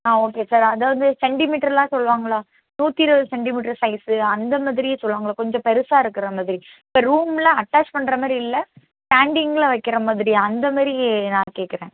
ஆ okay sir அதாவது centimetre எல்லாம் சொல்வாங்களே நூற்றி இருபது சென்டிமீட்டர் சைஸு அந்தமாதிரி சொல்லுவாங்களே கொஞ்சம் பெருசாக இருக்கிறமாதிரி சார் ரூம்மில் அட்டாச் பண்றமாதிரி இல்லை ஸ்டாண்டிங்கில் வைக்கிறமாதிரியா அந்தமாதிரி நான் கேட்குறேன்